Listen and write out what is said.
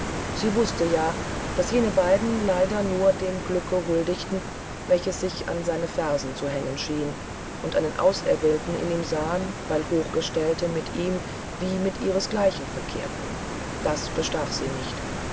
sie wußte ja daß jene beiden leider nur dem glück huldigten welches sich an seine fersen zu hängen schien und einen auserwählten in ihm sahen weil hochgestellte mit ihm wie mit ihresgleichen verkehrten das bestach sie nicht